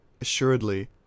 ASSUREDLY